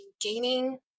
gaining